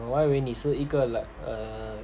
我还以为你是一个 like err